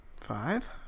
Five